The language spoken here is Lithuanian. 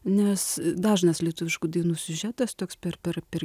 nes dažnas lietuviškų dainų siužetas toks per per per